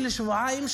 של שבועיים,